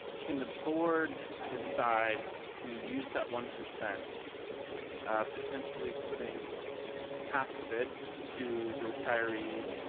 can the board decide to use that one percent potentially putting half of it to the retiree